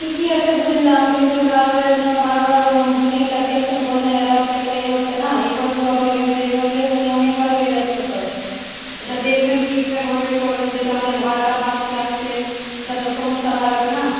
ঠিকই আছে বুঝলাম কিন্তু সার্ভারের জন্য বার বার বুকিংটা ক্যানসেল করেছেন এটাও তো একটা এ হচ্ছে না এক বার দু বার হবে কিন্তু এটা এরকম নিয়ে অনেকবার হয়ে যাচ্চে তো এটা দেখবেন ঠিকঠাকভাবে করবেন যাতে আমাদের ভাড়াটা বাড়তি লাগছে এটা তো সমস্যা দাঁড়াবে না